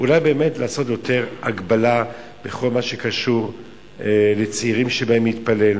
אולי באמת לעשות יותר הגבלה בכל מה שקשור לצעירים שבאים להתפלל.